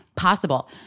possible